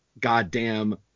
goddamn